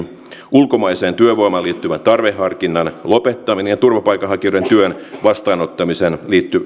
ulkomaiseen työvoimaan liittyvän tarveharkinnan lopettaminen ja turvapaikanhakijoiden työn vastaanottamiseen